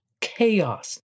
chaos